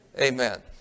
Amen